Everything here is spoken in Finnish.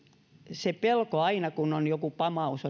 se pelko on jatkunut aina kun on ollut joku pamaus